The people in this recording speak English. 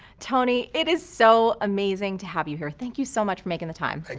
tony, it is so amazing to have you here. thank you so much for making the time. like